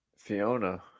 Fiona